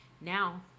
Now